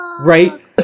right